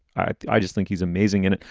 i just think he's amazing in it.